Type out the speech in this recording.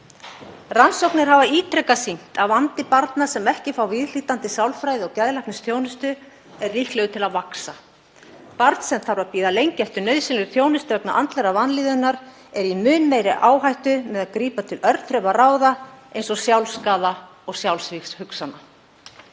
Rannsóknir hafa ítrekað sýnt að vandi barna sem ekki fá viðhlítandi sálfræði- og geðlæknisþjónustu er líklegur til að vaxa. Barn sem þarf að bíða lengi eftir nauðsynlegri þjónustu vegna andlegrar vanlíðunar er í mun meiri áhættu með að grípa til örþrifaráða eins og sjálfsskaða og sjálfsvígshugsana.